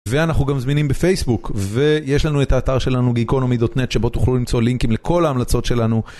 ואנחנו גם זמינים בפייסבוק ויש לנו את האתר שלנו Geekonomy.net שבו תוכלו למצוא לינקים לכל ההמלצות שלנו.